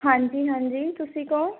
ਹਾਂਜੀ ਹਾਂਜੀ ਤੁਸੀਂ ਕੌਣ